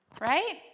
Right